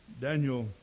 Daniel